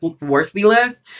worthless